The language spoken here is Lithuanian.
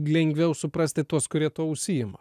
lengviau suprasti tuos kurie tuo užsiima